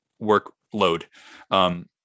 workload